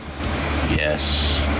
Yes